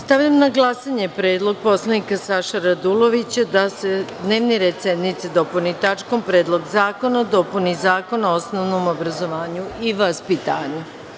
Stavljam na glasanje predlog poslanika Saše Radulovića da se dnevni red sednice dopuni tačkom – Predlog zakona o dopuni Zakona o osnovnom obrazovanju i vaspitanju.